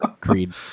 Creed